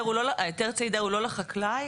ההיתר צידה הוא לא לחקלאי.